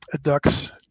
Ducks